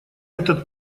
этот